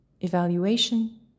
Evaluation